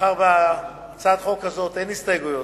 מאחר שלהצעת החוק הזאת אין הסתייגויות,